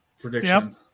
prediction